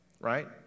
right